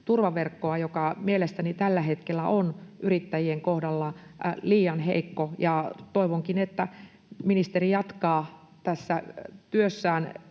joka mielestäni tällä hetkellä on yrittäjien kohdalla liian heikko. Toivonkin, että ministeri jatkaa tässä työssään